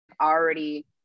already